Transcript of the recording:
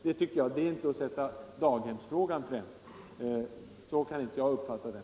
Det tycker jag inte är att sätta daghemsfrågan främst.